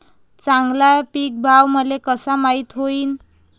चांगला पीक भाव मले कसा माइत होईन?